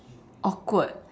awkward